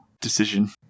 decision